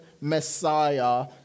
Messiah